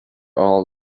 all